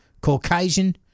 Caucasian